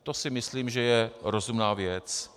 To si myslím, že je rozumná věc.